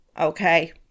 Okay